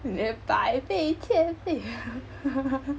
你的百倍千倍